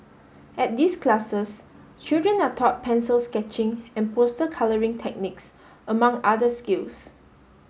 at these classes children are taught pencil sketching and poster colouring techniques among other skills